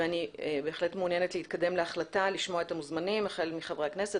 ואני מעוניינת להתקדם להחלטה - לשמוע את המוזמנים - החל מחברי הכנסת,